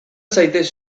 zaitez